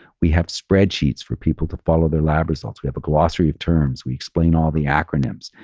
we have spreadsheets for people to follow their lab results. we have a glossary of terms. we explain all the acronyms.